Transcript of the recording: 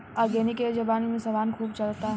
organic ए जबाना में समान खूब चलता